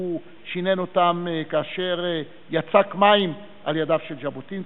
שינן אותם כאשר יצק מים על ידיו של ז'בוטינסקי.